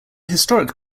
historic